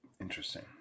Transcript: Interesting